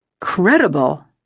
credible